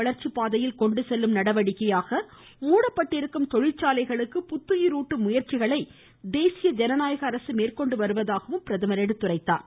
வளர்ச்சிப் பாதையில் கொண்டு செல்லும் நடவடிக்கையாக நாட்டை மூடப்பட்டிருக்கும் தொழிற்சாலைகளுக்கு புத்துயிருட்டும் முயற்சிகளை தேசிய ஜனநாயக அரசு மேற்கொண்டு வருவதாகவும் அவர் எடுத்துரைத்தார்